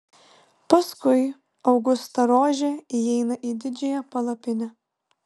paskui augustą rožė įeina į didžiąją palapinę